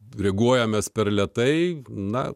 diriguojamas per lėtai na